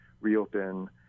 reopen